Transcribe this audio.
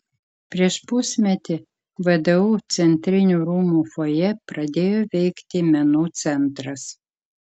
prieš pusmetį vdu centrinių rūmų fojė pradėjo veikti menų centras